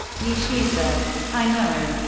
ye xiu said. i know!